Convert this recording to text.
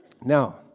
Now